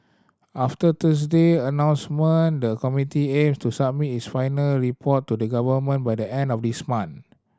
after Thursday announcement the committee aim to submit its final report to the Government by the end of this month